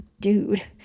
dude